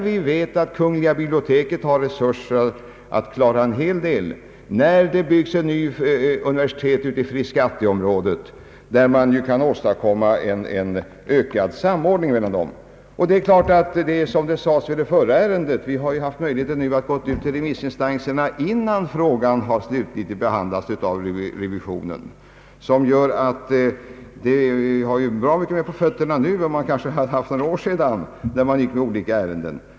Vi vet att kungl. biblioteket har resurser att klara en hel del, och det byggs ett nytt universitet i Frescatiområdet, varvid man borde kunna åstadkomma en ökad samordning. Som det sades i det förra ärendet har vi här haft möjlighet att gå ut till remissinstanserna innan frågan slutligt behandlas i revisionen, vilket gör att vi har bra mycket mera underlag än man kanske hade för några år sedan i olika ärenden.